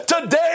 Today